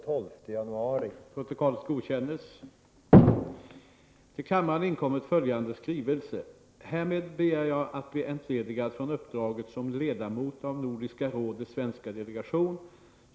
3 & Upplästes följande inkomna skrivelse: Till riksdagen Härmed begär jag att bli entledigad från uppdraget som ledamot av Nordiska rådets svenska delegation.